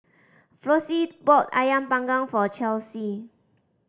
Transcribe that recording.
Flossie bought Ayam Panggang for Chelsey